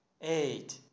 eight